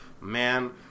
Man